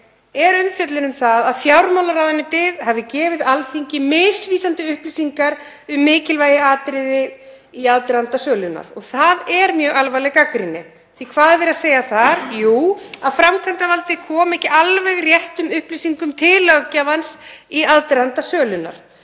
er umfjöllun um að fjármálaráðuneytið hafi gefið Alþingi misvísandi upplýsingar um mikilvæg atriði í aðdraganda sölunnar. Það er mjög alvarleg gagnrýni, því hvað er verið að segja þar? Jú, að framkvæmdarvaldið komi ekki alveg réttum upplýsingum til löggjafans í aðdraganda sölunnar.